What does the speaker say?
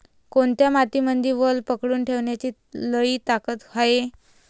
कोनत्या मातीमंदी वल पकडून ठेवण्याची लई ताकद हाये?